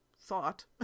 thought